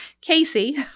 Casey